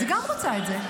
אז היא גם רוצה את זה.